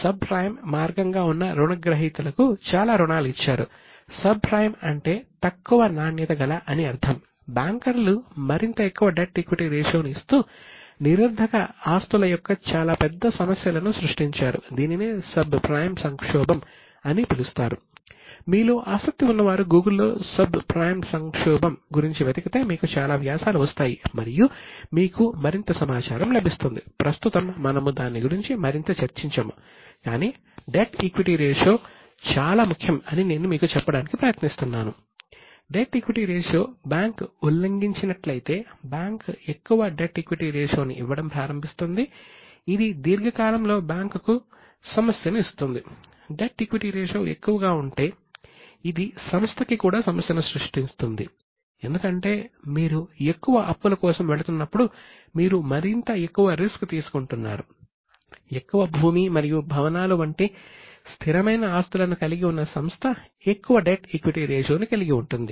subprime సంక్షోభంని ఇవ్వడం ప్రారంభిస్తుంది ఇది దీర్ఘకాలంలో బ్యాంకుకు సమస్యను ఇస్తుంది